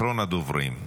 אחרון הדוברים,